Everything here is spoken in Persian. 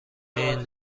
این